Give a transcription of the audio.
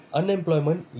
unemployment